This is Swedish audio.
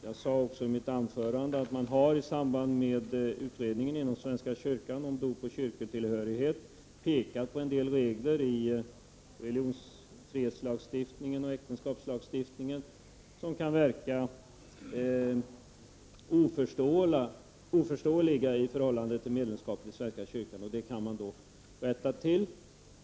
Jag sade i mitt anförande att man i samband med utredningen inom svenska kyrkan om dop och kyrkotillhörighet pekat på en del regler i religionsfrihetslagstiftningen och äktenskapslagstiftningen som kan verka oförståeliga i förhållande till reglerna för medlemskap i svenska kyrkan. Det kan man då rätta till.